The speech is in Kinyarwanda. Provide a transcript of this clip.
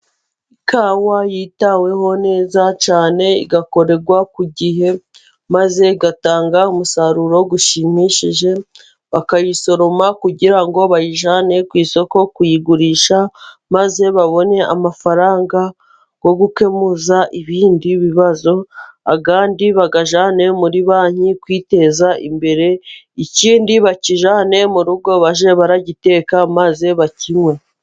Ikawa yitaweho neza cyane igakorerwa ku gihe, maze igatanga umusaruro ushimishije, bakayisoroma kugira ngo bayijyane ku isoko kuyigurisha, maze babone amafaranga yo gukemuza ibindi bibazo, kandi bayajyanane muri banki kwiteza imbere, ikindi bakijyane mu rugo bajye baragiteka, maze bakinywe.